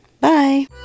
Bye